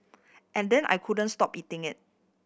and then I couldn't stop eating it